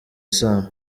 isano